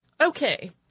Okay